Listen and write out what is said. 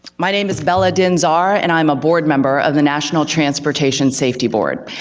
my name is bella dinh-zarr and i'm a board member of the national transportation safety board.